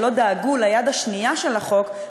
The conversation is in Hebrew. שלא דאגו ליד השנייה של החוק,